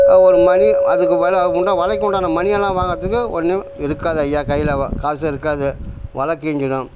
ஒரு மணி அதுக்கு வலை உண்ட வலைக்குண்டான மணியெல்லாம் வாங்குறதுக்கு ஒன்றும் இருக்காது ஐயா கையில் வ காசு இருக்காது வலைக் கீழிஞ்சிடும்